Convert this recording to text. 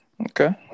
Okay